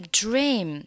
dream